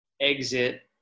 Exit